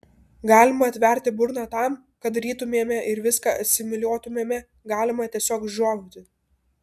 galima atverti burną tam kad rytumėme ir viską asimiliuotumėme galima tiesiog žiovauti